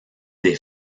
des